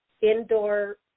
indoor